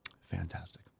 fantastic